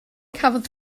cafodd